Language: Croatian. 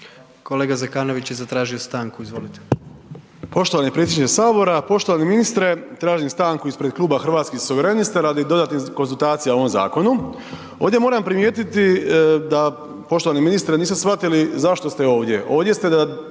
Kolega Zekanović je zatražio stanku, izvolite. **Zekanović, Hrvoje (HRAST)** Poštovani predsjedniče Sabora. Poštovani ministre. Tražim stanku ispred Kluba Hrvatskih suverenista radi dodatnih konzultacija o ovom zakonu. Ovdje moram primijetiti da, poštovani ministre, niste shvatili zašto ste ovdje. Ovdje ste da